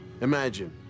Imagine